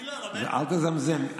אל תזמזם.